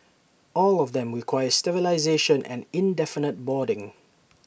all of them require sterilisation and indefinite boarding